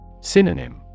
Synonym